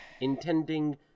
intending